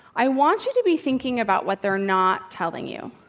i want you to be thinking about what they're not telling you.